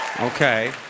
Okay